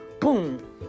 Boom